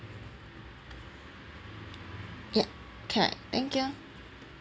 yup can thank you